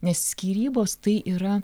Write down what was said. nes skyrybos tai yra